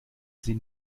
sie